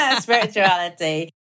Spirituality